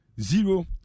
zero